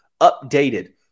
updated